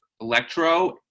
Electro